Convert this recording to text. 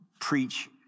preach